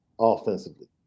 offensively